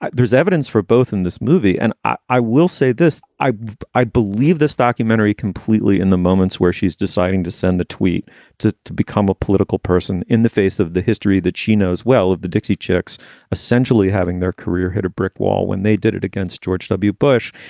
there's evidence for both in this movie. and i i will say this. i i believe this documentary completely in the moments where she's deciding to send the tweet to to become a political person in the face of the history that she knows well of the dixie chicks essentially having their career hit a brick wall when they did it against george w. bush.